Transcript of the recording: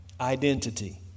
Identity